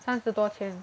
三十多千